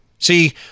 See